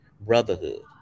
brotherhood